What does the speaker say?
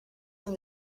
from